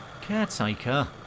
Caretaker